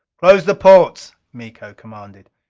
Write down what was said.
close the ports! miko commanded.